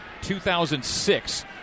2006